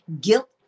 guilt